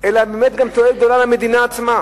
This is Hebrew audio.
אלא באמת גם למדינה עצמה.